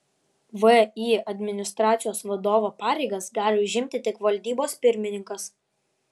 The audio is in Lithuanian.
vį administracijos vadovo pareigas gali užimti tik valdybos pirmininkas